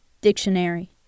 dictionary